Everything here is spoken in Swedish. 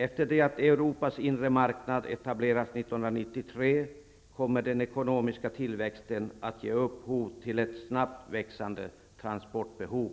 Efter det att Europas inre marknad etableras 1993 kommer den ekonomiska tillväxten att ge upphov till ett snabbt växande transportbehov.